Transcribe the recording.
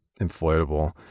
inflatable